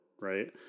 Right